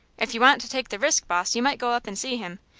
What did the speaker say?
if you want to take the risk, boss, you might go up and see him.